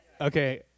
Okay